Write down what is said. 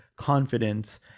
confidence